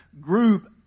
group